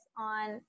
on